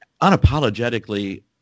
unapologetically